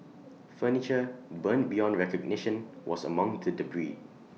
furniture burned beyond recognition was among the debris